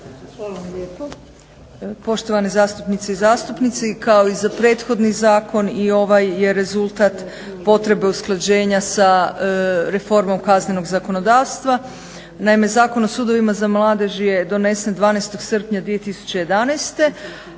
Hvala vam lijepo.